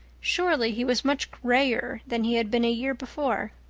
surely he was much grayer than he had been a year before.